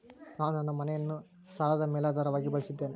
ನಾನು ನನ್ನ ಮನೆಯನ್ನ ಸಾಲದ ಮೇಲಾಧಾರವಾಗಿ ಬಳಸಿದ್ದಿನಿ